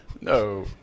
No